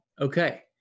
Okay